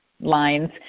lines